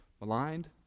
maligned